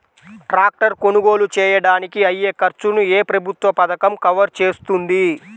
Tractor కొనుగోలు చేయడానికి అయ్యే ఖర్చును ఏ ప్రభుత్వ పథకం కవర్ చేస్తుంది?